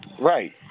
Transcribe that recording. Right